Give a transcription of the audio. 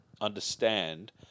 understand